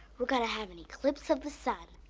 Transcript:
we're gonna have an eclipse of the sun.